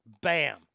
Bam